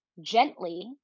gently